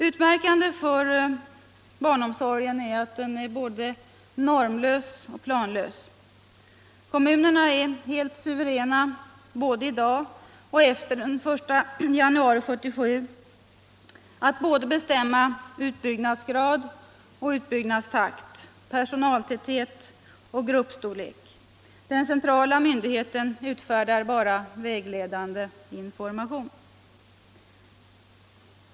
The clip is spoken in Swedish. Utmärkande för barnomsorgen är att den både är normlös och planlös. Kommunerna är helt suveräna, både i dag och efter I januari 1977, att både bestämma utbyggnadsgrad. utbyggnadstakt, personaltäthet och gruppstorlek. Den centrala myndigheten utfärdar bara vägledande information.